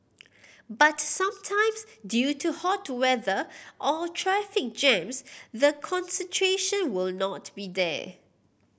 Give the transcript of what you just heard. but sometimes due to hot weather or traffic jams the concentration will not be there